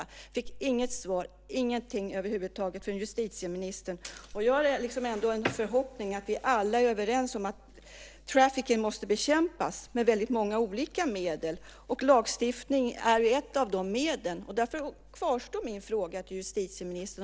Jag fick inget svar; jag fick över huvud inte höra någonting om detta från justitieministern. Jag har ändå en förhoppning om att vi alla är överens om att trafficking måste bekämpas med många olika medel. Lagstiftning är ett av de medlen. Därför kvarstår min fråga till justitieministern.